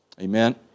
Amen